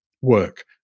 work